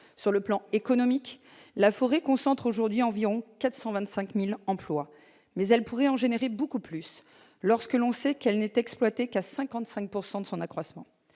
Sur le plan économique, la forêt concentre aujourd'hui environ 425 000 emplois, mais elle pourrait en générer beaucoup plus lorsque l'on sait qu'elle n'est exploitée qu'à 55 % de son accroissement.